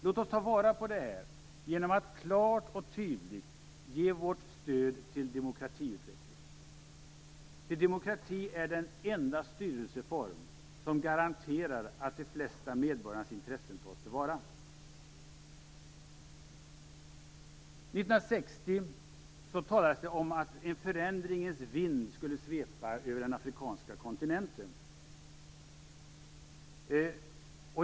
Låt oss ta vara på den genom att klart och tydligt ge vårt stöd till demokratiutveckling. Demokrati är den enda styrelseform som garanterar att de flesta medborgarnas intressen tas till vara. 1960 talades det om att en förändringens vind skulle svepa över den afrikanska kontinenten.